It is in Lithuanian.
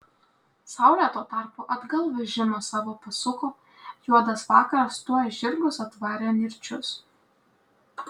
saulė tuo tarpu atgal vežimą savo pasuko juodas vakaras tuoj žirgus atvarė nirčius